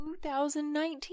2019